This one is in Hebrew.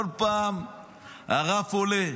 כל פעם הרף עולה.